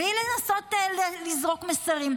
בלי לנסות לזרוק מסרים,